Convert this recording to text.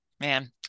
Man